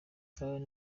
abantu